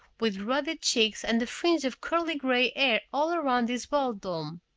with ruddy cheeks and a fringe of curling gray hair all around his bald dome.